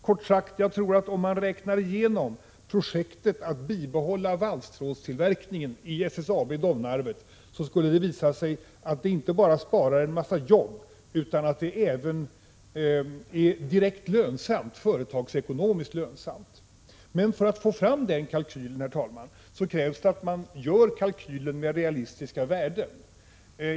Kort sagt tror jag, att om man räknar igenom projektet att bibehålla valstrådstillverkningen vid SSAB i Domnarvet, skulle det visa sig att det inte bara sparar en mängd arbeten, utan att det är direkt lönsamt företagsekonomiskt. Men för att få fram den kalkylen, herr talman, krävs det att den görs med realistiska värden.